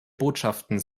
botschaften